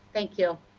thank you.